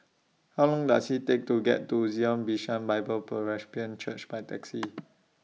How Long Does IT Take to get to Zion Bishan Bible Presbyterian Church By Taxi